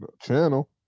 channel